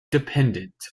dependent